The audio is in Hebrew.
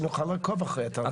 על מנת שנוכל לעקוב אחרי זה.